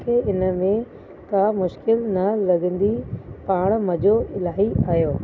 मूंखे इन में का मुश्किल न लॻंदी पाण मज़ो इलाही आयो